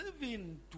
living